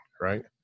Right